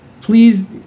please